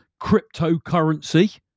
cryptocurrency